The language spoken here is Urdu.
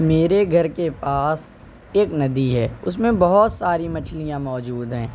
میرے گھر کے پاس ایک ندی ہے اس میں بہت ساری مچھلیاں موجود ہیں